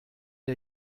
der